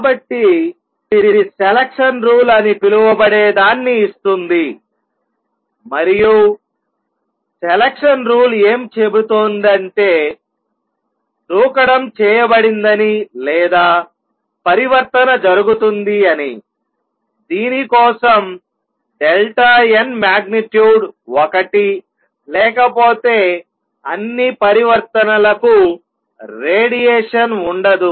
కాబట్టి ఇది selection rule అని పిలువబడేదాన్ని ఇస్తుంది మరియు సెలక్షన్ రూల్ ఏం చెబుతోందంటే దూకడం చేయబడిందని లేదా పరివర్తన జరుగుతుంది అని దీని కోసం డెల్టా n మాగ్నిట్యూడ్ ఒకటి లేకపోతే అన్ని పరివర్తనలకు రేడియేషన్ ఉండదు